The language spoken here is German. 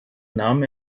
nahm